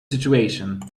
situation